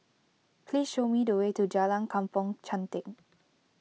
please show me the way to Jalan Kampong Chantek